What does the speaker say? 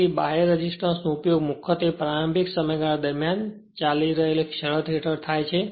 તેથી બાહ્ય રેસિસ્ટન્સ નો ઉપયોગ મુખ્યત્વે પ્રારંભિક સમયગાળા દરમિયાન સામાન્ય ચાલી રહેલ શરત હેઠળ થાય છે